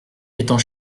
étant